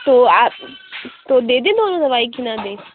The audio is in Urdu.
تو آپ تو دے دیں نہ وہ دوائی کہ نہ دیں